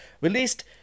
Released